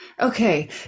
Okay